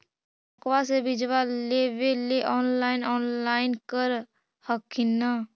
ब्लोक्बा से बिजबा लेबेले ऑनलाइन ऑनलाईन कर हखिन न?